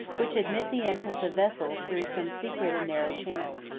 which admit the entrance of vessels through some secret and narrow channels.